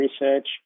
research